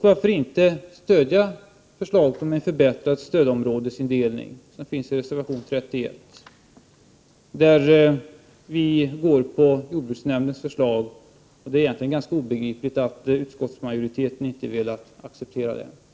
Varför inte stödja också reservation 31 om en ändrad stödområdesindelning? Vi går i detta fall på jordbruksnämndens förslag och anser att det är ganska obegripligt att utskottsmajoriteten inte velat acceptera det förslaget.